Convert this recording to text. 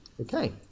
Okay